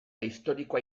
historikoa